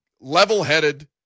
level-headed